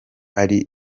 ari